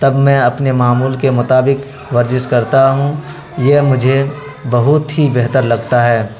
تب میں اپنے معمول کے مطابق ورزش کرتا ہوں یہ مجھے بہت ہی بہتر لگتا ہے